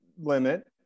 limit